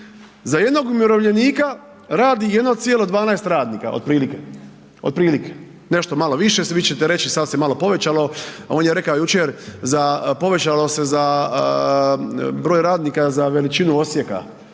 za jednog umirovljenika radi 1,12 radnika otprilike, otprilike, nešto malo više, vi ćete reći sad se malo povećalo, a on je reka jučer za, povećalo se za broj radnika za veličinu Osijeka,